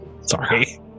sorry